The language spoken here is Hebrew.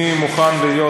אני מוכן להיות,